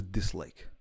dislike